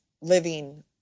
living